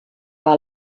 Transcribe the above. our